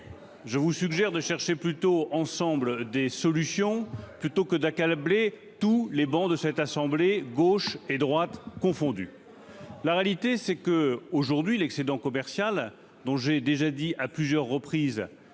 je vous suggère de chercher plutôt ensemble des solutions plutôt que d'accabler tous les bancs de cette assemblée, gauche et droite confondues, la réalité c'est que aujourd'hui, l'excédent commercial dont j'ai déjà dit à plusieurs reprises